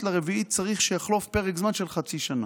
לרביעית צריך שיחלוף פרק זמן של חצי שנה.